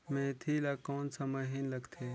मेंथी ला कोन सा महीन लगथे?